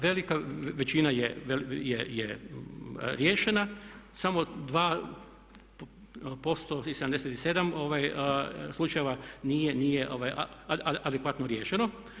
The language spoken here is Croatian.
Velika većina je riješena, samo 2% ili 77 slučajeva nije adekvatno riješeno.